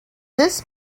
this